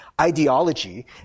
ideology